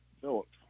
Phillips